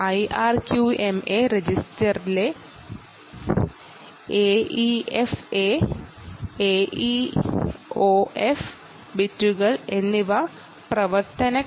IRQMA രജിസ്റ്ററിലെ AEFA AEOF ബിറ്റുകൾ എന്നിവ ഉപയോഗിച്ച് ഇതിനെ എനേബിൾ ചെയ്യാവുന്നതാണ്